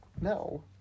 No